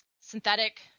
synthetic